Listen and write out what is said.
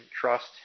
trust